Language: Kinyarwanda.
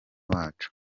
wacu